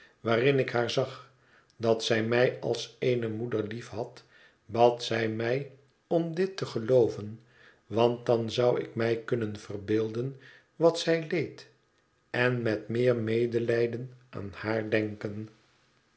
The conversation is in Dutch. waarin ik haar zag dat zij mij als eene moeder liefhad bad zij mij om dit te gelooven want dan zou ik mij kunnen verbeelden wat zij leed en met meer medelijden aan haar denken